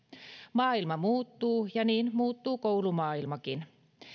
maailma muuttuu ja niin muuttuu koulumaailmakin